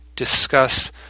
Discuss